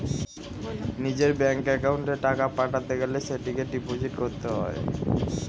নিজের ব্যাঙ্ক অ্যাকাউন্টে টাকা পাঠাতে গেলে সেটাকে ডিপোজিট করতে হয়